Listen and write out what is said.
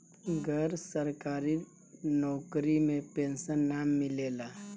गैर सरकारी नउकरी में पेंशन ना मिलेला